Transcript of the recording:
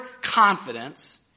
confidence